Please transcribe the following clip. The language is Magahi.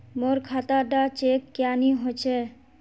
मोर खाता डा चेक क्यानी होचए?